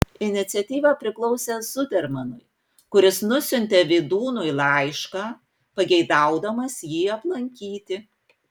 iniciatyva priklausė zudermanui kuris nusiuntė vydūnui laišką pageidaudamas jį aplankyti